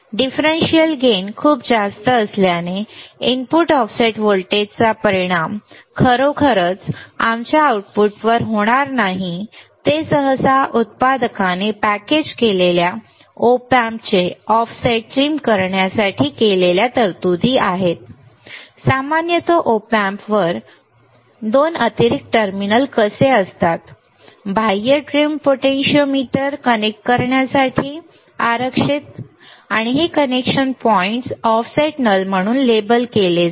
differential gain खूप जास्त असल्याने इनपुट ऑफसेट व्होल्टेजचा परिणाम खरोखरच आमच्या आउटपुटवर होणार नाही ते सहसा उत्पादकाने पॅकेज केलेल्या Op Amp चे ऑफसेट ट्रिम करण्यासाठी केलेल्या तरतुदी आहेत सामान्यतः Op Amp पॅकेजवर 2 अतिरिक्त टर्मिनल कसे असतात बाह्य ट्रिम पोटेंशिओमीटर कनेक्ट करण्यासाठी आरक्षित हे कनेक्शन पॉइंट्स ऑफसेट नल म्हणून लेबल केलेले आहेत